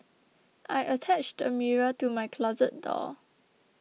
I attached a mirror to my closet door